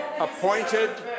appointed